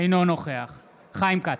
אינו נוכח חיים כץ,